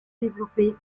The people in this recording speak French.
développés